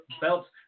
belts